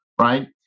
right